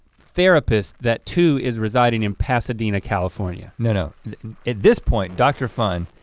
therapist that two, is residing in pasadena, california. no no at this point, dr. fun,